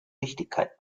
wichtigkeit